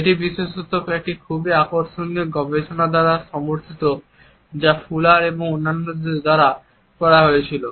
এটি বিশেষত একটি খুব আকর্ষণীয় গবেষণা দ্বারা সমর্থিত যা ফুলার এবং অন্যদের দ্বারা করা হয়েছিল